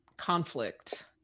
conflict